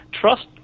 trust